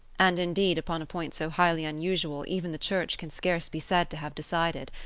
and indeed, upon a point so highly unusual, even the church can scarce be said to have decided.